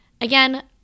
again